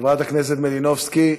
חברת הכנסת מלינובסקי.